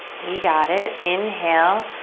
we got it. inhale,